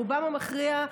רובם המכריע,